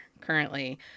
currently